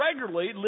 regularly